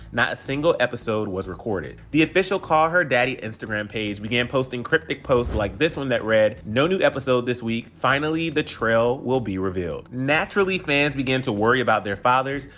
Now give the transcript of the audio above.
not single episode was recorded. the official call her daddy instagram page began posting cryptic posts, like this one that read, no new episode this week. finally, the trail will be revealed. naturally, fans began to worry about their fathers,